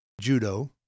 judo